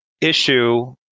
issue